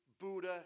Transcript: Buddha